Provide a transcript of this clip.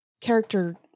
character